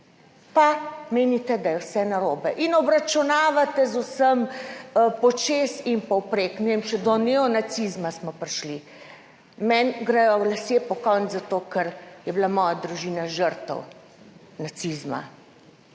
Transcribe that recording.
pa menite, da je vse narobe in obračunavate z vsem počez in povprek, ne vem, še do neonacizma smo prišli. Meni gredo lasje pokonci, zato, ker je bila moja družina žrtev nacizma